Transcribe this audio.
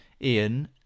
Ian